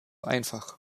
einfach